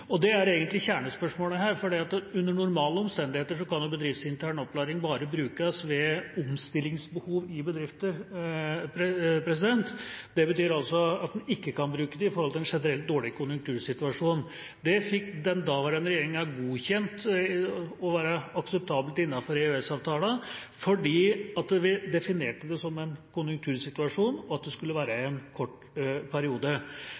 Det er egentlig kjernespørsmålet her. Under normale omstendigheter kan bedriftsintern opplæring bare brukes ved omstillingsbehov i bedrifter. Det betyr altså at en ikke kan bruke det i forbindelse med en generell dårlig konjunktursituasjon. Det fikk den daværende regjeringa godkjent som å være akseptabelt innenfor EØS-avtalen fordi vi definerte det som en konjunktursituasjon, og at det skulle vare en kort periode.